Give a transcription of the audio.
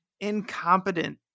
incompetent